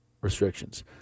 restrictions